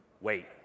Wait